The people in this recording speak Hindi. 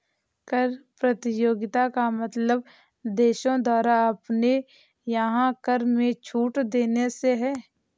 कर प्रतियोगिता का मतलब देशों द्वारा अपने यहाँ कर में छूट देने से है